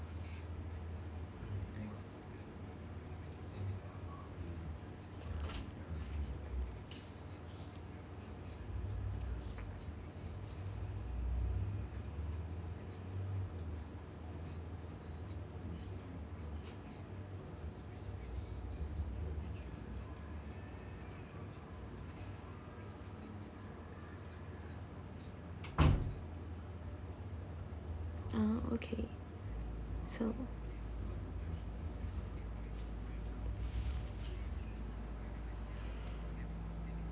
ah okay so